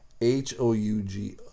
H-O-U-G